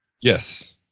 Yes